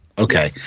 Okay